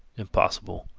impossible!